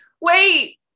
wait